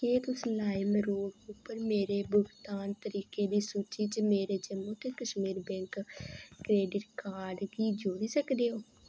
केह् तुस लाइमरोड उप्पर मेरे भुगतान तरीकें दी सूची च मेरे जम्मू ते कश्मीर बैंक क्रैडिट कार्ड गी जोड़ी सकदे ओ